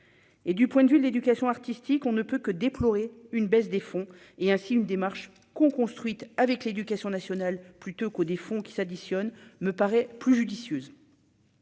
et du point de vue de l'éducation artistique, on ne peut que déplorer une baisse des fonds et ainsi une démarche qu'construite avec l'éducation nationale, plutôt que des fonds qui s'additionnent me paraît plus judicieuse.